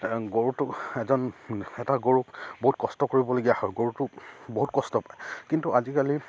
গৰুটো এজন এটা গৰুক বহুত কষ্ট কৰিবলগীয়া হয় গৰুটো বহুত কষ্ট পায় কিন্তু আজিকালি